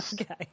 Okay